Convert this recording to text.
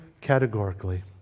categorically